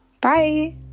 bye